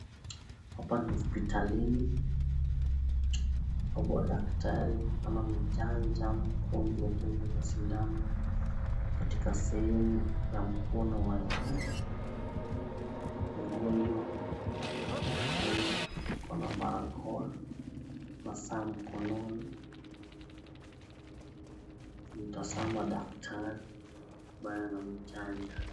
Hapanni hospitalini ambapo anamchanja mgonjwa huyo na sindano katika sehemu ya mkono wa juu, mgonjwa huyu ana barakoa na saa mkononi, akimtazama daktari ambaye anamchanja.